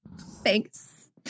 thanks